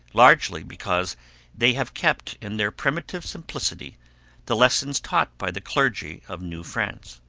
largely because they have kept in their primitive simplicity the lessons taught by the clergy of new france.